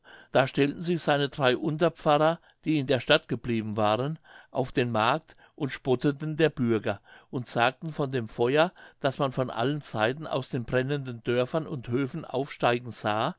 da stellten sich seine drei unterpfarrer die in der stadt geblieben waren auf den markt und spotteten der bürger und sagten von dem feuer das man von allen seiten aus den brennenden dörfern und höfen aufsteigen sah